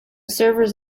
servers